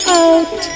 out